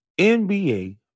NBA